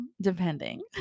depending